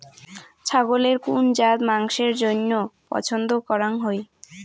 ছাগলের কুন জাত মাংসের জইন্য পছন্দ করাং হই?